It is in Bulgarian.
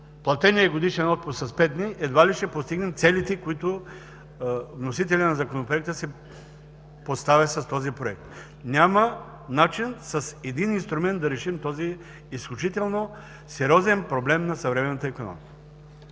платения годишен отпуск с пет дни едва ли ще постигнем целите, които вносителят на Законопроекта си поставя с този проект. Няма начин с един инструмент да решим този изключително сериозен проблем на съвременната икономика.